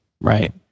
Right